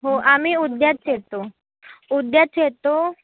हो आम्ही उद्याच येतो उद्याच येतो